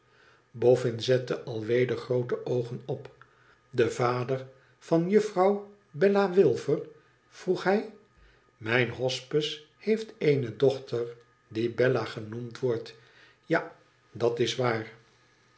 boffin zette alweder groote oogenop den vader van juffrouw bella wilfer f vroeg hij mijn hospes heeft eene dochter die bella genoemd wordt ja dat is waar